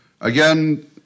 Again